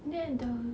then the